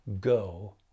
go